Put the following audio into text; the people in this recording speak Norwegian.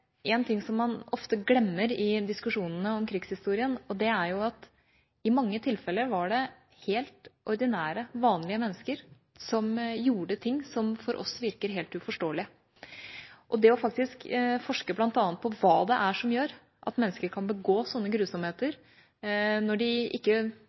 en ting som man ofte glemmer i diskusjonene om krigshistorien, og det er at i mange tilfeller var det helt ordinære, vanlige, mennesker som gjorde ting som for oss virker helt uforståelig, og det bl.a. å forske på hva det er som gjør at mennesker kan begå sånne grusomheter når de ikke